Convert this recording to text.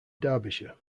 derbyshire